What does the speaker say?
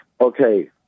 Okay